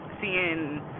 seeing